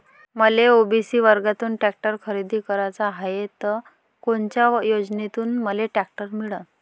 मले ओ.बी.सी वर्गातून टॅक्टर खरेदी कराचा हाये त कोनच्या योजनेतून मले टॅक्टर मिळन?